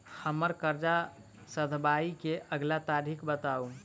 हम्मर कर्जा सधाबई केँ अगिला तारीख बताऊ?